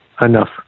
enough